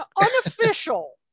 unofficial